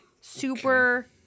super